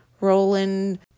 roland